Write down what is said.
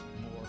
more